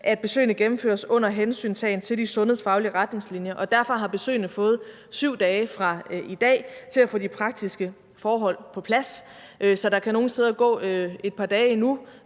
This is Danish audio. at besøgene gennemføres under hensyntagen til de sundhedsfaglige retningslinjer, og derfor har man fået 7 dage fra i dag til at få de praktiske forhold ved besøgene på plads. Så der kan nogle steder gå et par dage endnu,